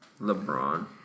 LeBron